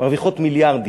מרוויחות מיליארדים.